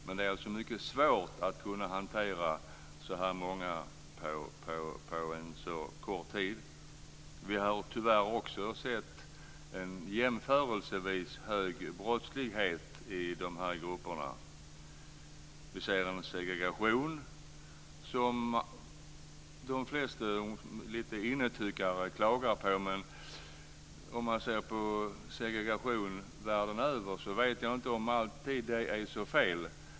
Det är alltså mycket svårt att kunna hantera så här många på så kort tid. Vi har tyvärr också sett en jämförelsevis hög brottslighet i dessa grupper. Vi ser en segregation som de flesta lite innetyckare klagar på, men om man ser på segregationen världen över vet jag inte om den är alltid är så fel.